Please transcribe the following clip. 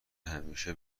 همیشه